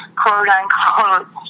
quote-unquote